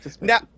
Now